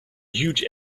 huge